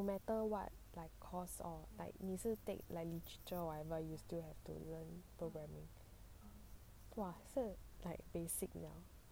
like no matter what like course or like 你是 take like literature whatever you still have to learn programming !wah! is like basic lah